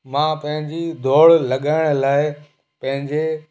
मां पंहिंजी दौड़ लॻाइण लाइ पंहिंजे